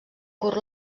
curt